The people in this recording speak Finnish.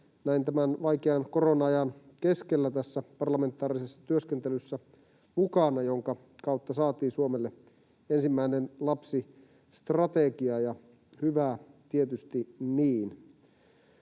näin tämän vaikean korona-ajan keskellä tässä parlamentaarisessa työskentelyssä mukana, jonka kautta saatiin Suomelle ensimmäinen lapsistrategia, ja hyvä tietysti niin.